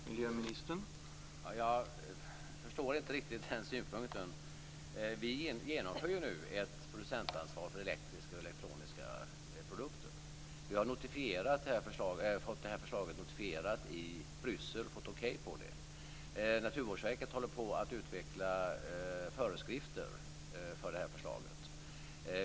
Herr talman! Jag förstår inte riktigt den synpunkten. Vi genomför ju nu ett producentansvar för elektriska och elektroniska produkter. Vi har fått det här förslaget notifierat i Bryssel, alltså fått okej för det. Naturvårdsverket håller på att utveckla föreskrifter för det här förslaget.